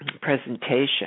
presentation